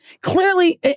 clearly